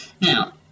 Now